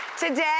Today